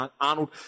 Arnold